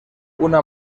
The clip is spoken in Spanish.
una